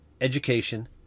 education